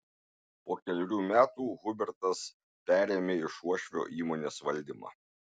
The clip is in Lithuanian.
po kelerių metų hubertas perėmė iš uošvio įmonės valdymą